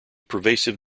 pervasive